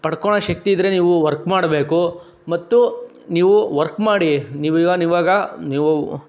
ಪಡ್ಕೋಳೊ ಶಕ್ತಿ ಇದ್ದರೆ ನೀವು ವರ್ಕ್ ಮಾಡಬೇಕು ಮತ್ತು ನೀವು ವರ್ಕ್ ಮಾಡಿ ನೀವು ಇವ್ ಇವಾಗ ನೀವು